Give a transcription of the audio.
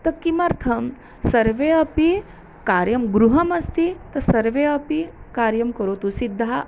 तत् किमर्थं सर्वे अपि कार्यं गृहमस्ति तत् सर्वे अपि कार्यं करोतु सिद्धः